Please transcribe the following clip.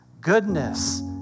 goodness